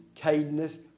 kindness